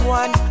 one